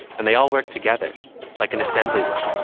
and they all work together like an assembly line,